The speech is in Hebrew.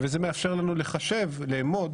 וזה מאפשר לנו לחשב ולאמוד